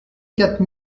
quatre